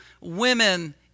women